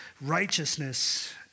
righteousness